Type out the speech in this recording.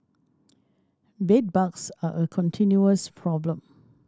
bedbugs are a continuous problem